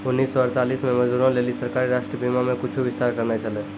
उन्नीस सौ अड़तालीस मे मजदूरो लेली सरकारें राष्ट्रीय बीमा मे कुछु विस्तार करने छलै